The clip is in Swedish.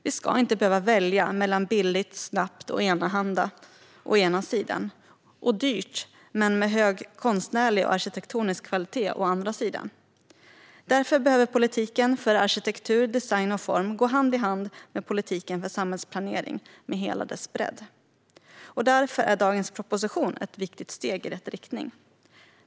Vi ska inte behöva välja mellan å ena sidan billigt, snabbt och enahanda och å andra sidan dyrt men med hög konstnärlig och arkitektonisk kvalitet. Därför behöver politiken för arkitektur, design och form gå hand i hand med politiken för samhällsplanering med hela dess bredd. Och därför är dagens proposition ett viktigt steg i rätt riktning.